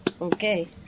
Okay